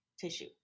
tissue